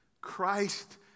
Christ